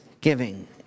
giving